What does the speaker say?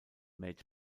made